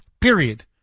period